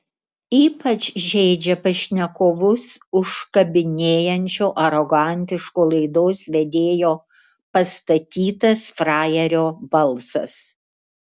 ypač žeidžia pašnekovus užkabinėjančio arogantiško laidos vedėjo pastatytas frajerio balsas